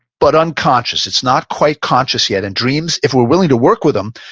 but unconscious. it's not quite conscious yet in dreams. if we're willing to work with them,